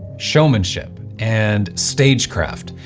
showmanship and stagecraft.